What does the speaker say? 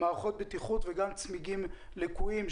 מערכות בטיחות וגם צמיגים לקויים,